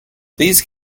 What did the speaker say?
these